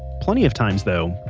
plenty of times though,